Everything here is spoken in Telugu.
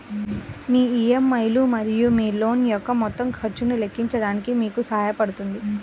మీ ఇ.ఎం.ఐ లు మరియు మీ లోన్ యొక్క మొత్తం ఖర్చును లెక్కించడానికి మీకు సహాయపడుతుంది